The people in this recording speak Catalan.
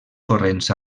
corrents